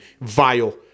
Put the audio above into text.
Vile